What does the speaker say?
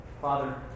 Father